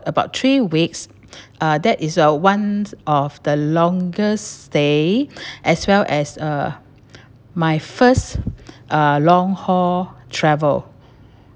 about three weeks uh that is uh one of the longest stay as well as uh my first uh long haul travel